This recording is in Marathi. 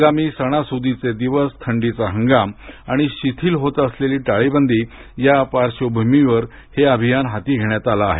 आगामी सणासुदीचे दिवस थंडीचा हंगाम आणि शिथिल होत असलेली टाळेबदी या पार्श्वभूमीवर हे अभियान हाती घेण्यात आलं आहे